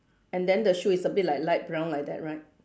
and then the shoe is a bit like light brown like that right